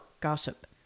gossip